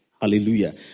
Hallelujah